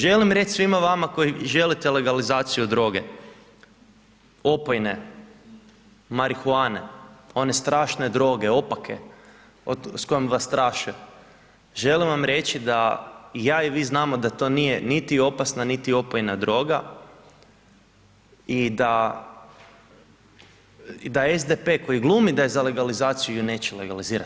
Želim reći svima vama koji želite legalizaciju droge, opojne, marihuane, one strašne droge opake, s kojom vas straše, želim vam reći da ja i vi znamo da to nije niti opasna, niti opojna droga i da SDP koji glumi da je za legalizaciju ju neće legalizirati.